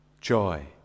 joy